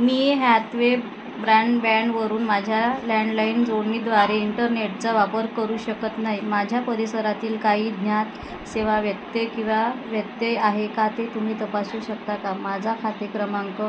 मी हॅतवे ब्रँडबँडवरून माझ्या लँडलाईण जोडणीद्वारे इंटरनेटचा वापर करू शकत नाही माझ्या परिसरातील काही ज्ञात सेवा व्यत्यय किंवा व्यत्यय आहे का ते तुम्ही तपासू शकता का माझा खाते क्रमांक